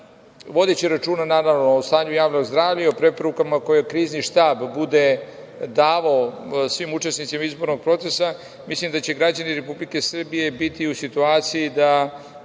vodeći računa, naravno, o stanju javnog zdravlja i o preporukama koje krizni štab bude davao svim učesnicima izbornog procesa, mislim da će građani Republike Srbije biti u situaciji da